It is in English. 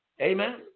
Amen